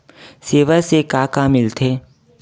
सेवा से का का मिलथे?